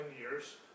years